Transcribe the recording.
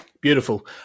Beautiful